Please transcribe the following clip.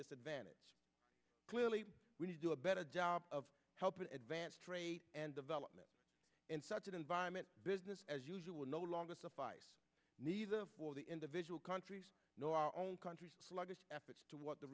disadvantage clearly we need to do a better job of helping advance trade and development in such an environment business as usual no longer suffice neither for the individual countries no our own country sluggish efforts to what the